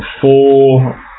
Four